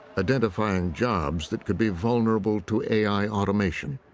identifying jobs that could be vulnerable to a i. automation.